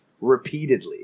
repeatedly